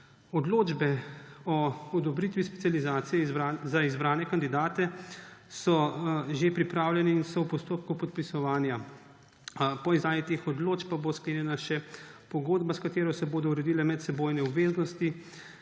Odločbe o odobritvi specializacije za izbrane kandidate so že pripravljene in so v postopku podpisovanja. Po izdanih odločbah pa bo sklenjena še pogodba, s katero se bodo uredile medsebojne obveznosti,